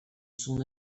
son